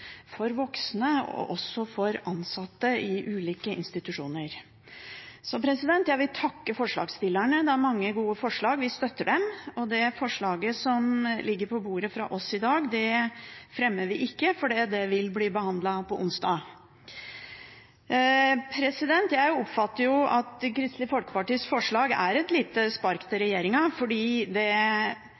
både voksne og ansatte i ulike institusjoner. Så jeg vil takke forslagsstillerne. Det er mange gode forslag – vi støtter dem. Det forslaget som ligger på bordet fra oss i dag, fremmer vi ikke, for det vil bli behandlet på onsdag. Jeg oppfatter at Kristelig Folkepartis forslag er et lite spark til regjeringen, for det